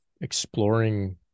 exploring